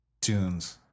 tunes